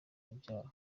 urubyaro